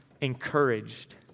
encouraged